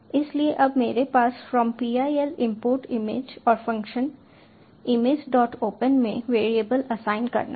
इसलिए अब मेरे पास फ्रॉम PIL इंपोर्ट इमेज है और फंक्शन imageopen में वैरिएबल असाइन करना है